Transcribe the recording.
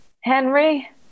Henry